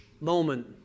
moment